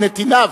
מנתיניו,